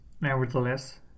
Nevertheless